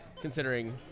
considering